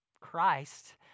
Christ